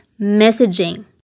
messaging